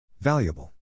Valuable